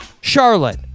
Charlotte